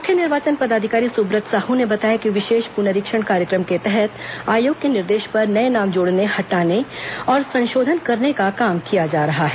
मुख्य निर्वाचन पदाधिकारी सुब्रत साहू ने बताया कि विशेष पुनरीक्षण कार्यक्रम के तहत आयोग के निर्देश पर नए नाम जोड़ने हटाने और संशोधन करने का काम किया जा रहा है